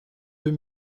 deux